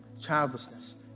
childlessness